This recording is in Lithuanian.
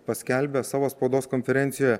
paskelbė savo spaudos konferencijoje